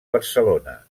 barcelona